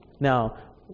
Now